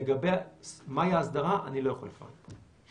לגבי מהי ההסדרה אני לא יכול לפרט פה,